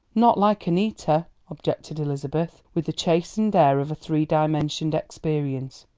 not like annita, objected elizabeth, with the chastened air of a three-dimensioned experience.